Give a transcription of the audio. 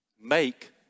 make